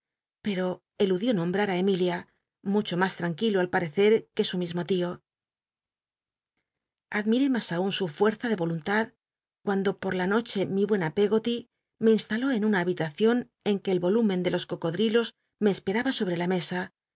pero eludió nombrar í emilia mucho mas tranquilo al parecer que su mismo tío admiré ma aun su fuerza de voluntad cuando por l noche mi buena peggoty me instaló en una habitacíon en que el volúmen de los cocodl'ilos me craba sobre la mesa